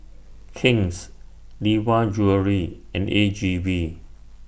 King's Lee Hwa Jewellery and A G V